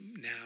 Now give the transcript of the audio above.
now